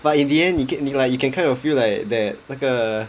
but in the end you get me you can kind of feel like that 那个